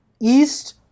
east